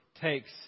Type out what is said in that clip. takes